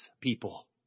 people